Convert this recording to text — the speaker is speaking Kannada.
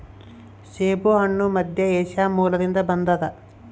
ಸೇಬುಹಣ್ಣು ಮಧ್ಯಏಷ್ಯಾ ಮೂಲದಿಂದ ಬಂದದ